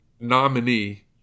nominee